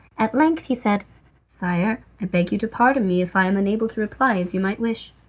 at length he said sire, i beg you to pardon me if i am unable to reply as you might wish.